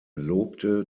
lobte